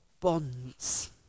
bonds